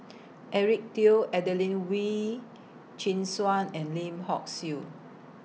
Eric Teo Adelene Wee Chin Suan and Lim Hock Siew